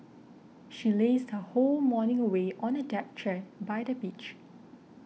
she lazed her whole morning away on a deck chair by the beach